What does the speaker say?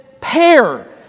pair